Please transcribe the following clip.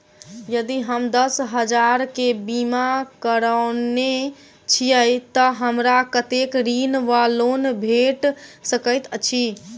यदि हम दस हजार केँ बीमा करौने छीयै तऽ हमरा कत्तेक ऋण वा लोन भेट सकैत अछि?